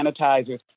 sanitizers